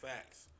Facts